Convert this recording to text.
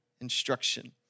instruction